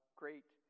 great